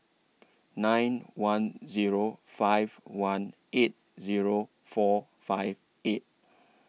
nine one Zero five one eight Zero four five eight